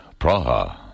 Praha